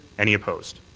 any opposed?